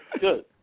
Good